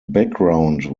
background